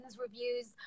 reviews